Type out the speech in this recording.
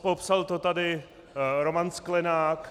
Popsal to tady Roman Sklenák.